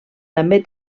també